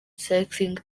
cycling